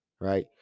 right